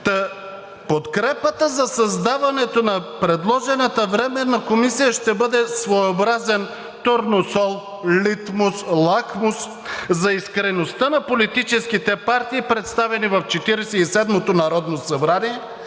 Подкрепата за създаването на предложената Временна комисия ще бъде своеобразен турносол, литмус, лакмус за искреността на политическите партии, представени в Четиридесет